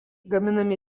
gaminami